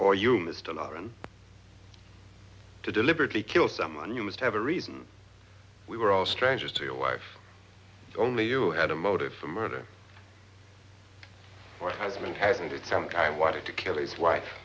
or you missed another and to deliberately kill someone you must have a reason we were all strangers to your wife only you had a motive for murder or has been hasn't it some guy wanted to kill his wife